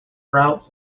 routes